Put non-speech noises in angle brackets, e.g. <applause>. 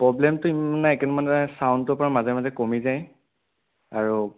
প্ৰব্লেমটো <unintelligible> নাই কিন্তু মানে চাউণ্ডটো পৰা মাজে মাজে কমি যায় আৰু